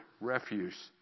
refuse